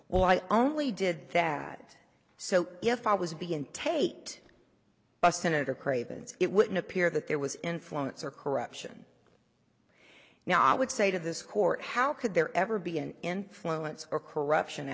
i only did that so if i was being tate by senator craven's it would appear that there was influence or corruption now i would say to this court how could there ever be an influence or corruption